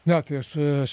ne tai aš aš